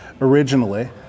originally